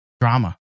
drama